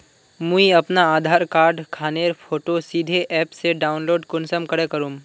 मुई अपना आधार कार्ड खानेर फोटो सीधे ऐप से डाउनलोड कुंसम करे करूम?